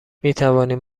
میتوانیم